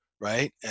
right